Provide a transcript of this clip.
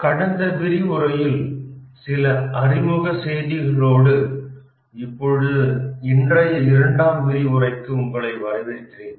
கடந்த விரிவுரையில் சில அறிமுக செய்திகளோடு இப்பொழுது இன்றைய இரண்டாம் விரிவுரைக்கு உங்களை வரவேற்கிறேன்